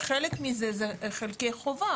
שחלק מזה זה חלקי חובה,